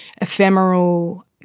ephemeral